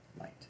light